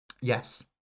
Yes